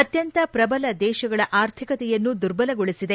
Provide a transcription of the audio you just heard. ಅತ್ಯಂತ ಪ್ರಬಲ ದೇಶಗಳ ಆರ್ಥಿಕತೆಯನ್ನು ದುರ್ಬಲಗೊಳಿಸಿದೆ